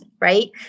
right